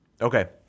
Okay